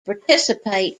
participate